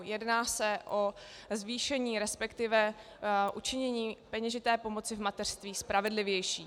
Jedná se o zvýšení, resp. učinění peněžité pomoci v mateřství spravedlivější.